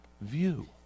view